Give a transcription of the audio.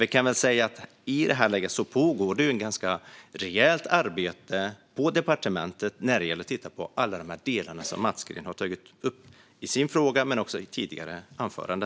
I det här läget pågår det dock ett ganska rejält arbete på departementet när det gäller att titta på alla de delar som Mats Green har tagit upp, både i sin fråga och i sitt tidigare anförande.